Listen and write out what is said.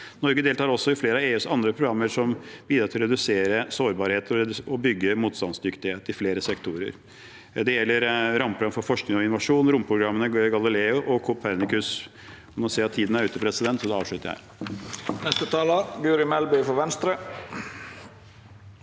Norge deltar også i flere av EUs andre programmer, som bidrar til å redusere sårbarhet og bygge motstandsdyktighet i flere sektorer. Det gjelder rammeprogrammer for forskning og innovasjon og romprogrammene Galileo og Copernicus. – Nå ser jeg at tiden er ute, og da avslutter jeg.